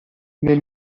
nel